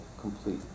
complete